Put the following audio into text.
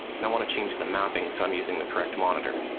and i want to change the mapping so i'm using the correct monitor.